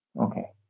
Okay